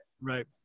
right